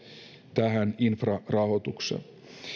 tähän infrarahoitukseen